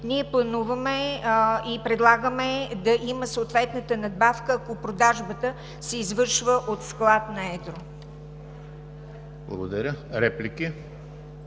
ние плануваме и предлагаме да има и съответната надбавка, ако продажбата се извършва от склад на едро. ПРЕДСЕДАТЕЛ